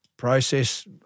process